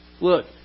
look